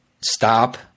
stop